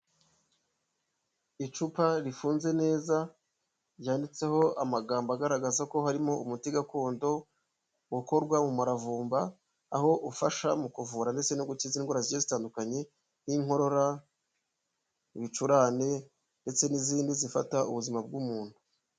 Icupa rifunze neza, ryanditseho amagambo agaragaza ko harimo umuti gakondo, ukorwa mu muravumba, aho ufasha mu kuvura ndetse no gukiza indwara zitandukanye, nk'inkorora, ibicurane ndetse n'izindi zifata ubuzima bw'umuntu.